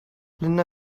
linda